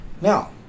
Now